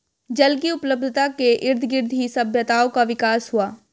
जल की उपलब्धता के इर्दगिर्द ही सभ्यताओं का विकास हुआ